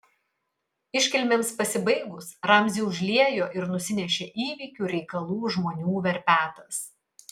iškilmėms pasibaigus ramzį užliejo ir nusinešė įvykių reikalų žmonių verpetas